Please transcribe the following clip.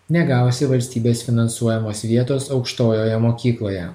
negausi valstybės finansuojamos vietos aukštojoje mokykloje